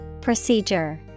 Procedure